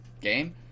game